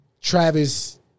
Travis